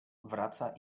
wraca